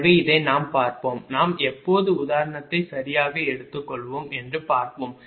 எனவே இதை நாம் பார்ப்போம் நாம் எப்போது உதாரணத்தை சரியாக எடுத்துக்கொள்வோம் என்று பார்ப்போம்